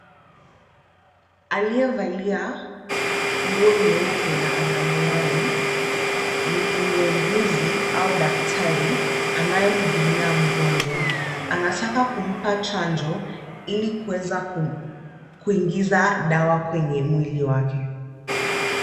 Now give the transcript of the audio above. Aliyevalia nguo nyeupe na ana miwani, ni muuguzi au daktari anayehudumia mgonjwa. Anataka kumpa chanjo ili kuweza kuingiza dawa kwenye mwili wake.